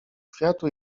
kwiatu